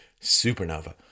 supernova